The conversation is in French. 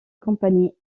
compagnie